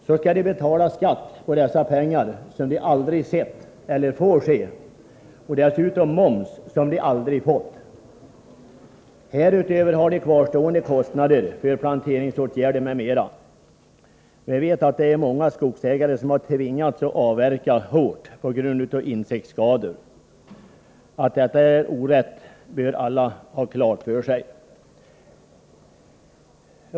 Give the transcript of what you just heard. Så skall de betala skatt på dessa pengar som de aldrig sett eller får se och dessutom moms som de aldrig fått. Härutöver har de kvarstående kostnader, för planteringsåtgärder m.m. — vi vet att många skogsägare tvingats avverka hårt på grund av insektsskador. Att detta är orätt bör alla ha klart för sig.